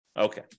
okay